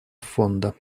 фонда